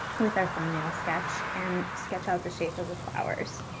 with our thumbnail sketch and sketch out the shape of the flowers.